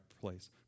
place